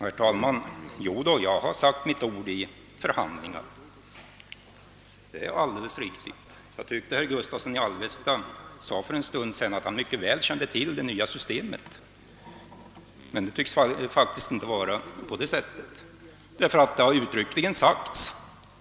Herr talman! Javisst, jag har sagt mitt ord vid förhandlingar, det är alldeles riktigt. Jag tyckte också att herr Gustavsson för en stund sedan sade att han mycket väl kände till det nya systemet, men så tycks inte vara fallet.